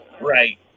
Right